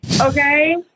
okay